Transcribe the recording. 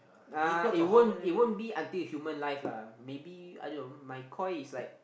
uh it won't it won't be until human life lah maybe I don't know my koi is like